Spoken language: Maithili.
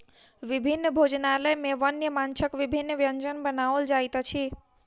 विभिन्न भोजनालय में वन्य माँछक विभिन्न व्यंजन बनाओल जाइत अछि